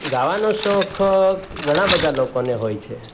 ગાવાનો શોખ ઘણા બધા લોકોને હોય છે